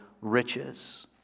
riches